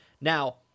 Now